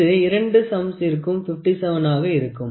இது இரண்டு சம்சிற்கும் 57 ஆக இருக்கும்